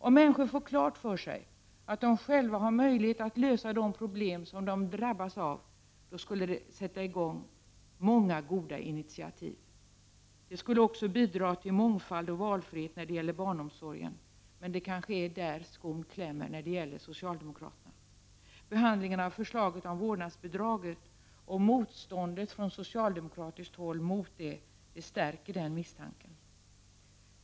Om människor får klart för sig att de själva har möjlighet att lösa de problem som de drabbas av, skulle många goda initiativ tas. Det skulle också bidra till mångfald och valfrihet när det gäller barnomsorgen, men det kanske är där skon klämmer när det gäller socialdemokraterna. Behandlingen av förslaget om vårdnadsbidraget och motståndet från socialdemokratiskt håll mot det stärker den misstanken.